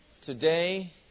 today